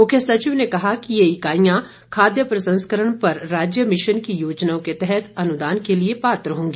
मुख्य सचिव ने कहा कि ये इकाईयां खाद्य प्रसंस्करण पर राज्य मिशन की योजनाओं के तहत अनुदान के लिए पात्र होंगी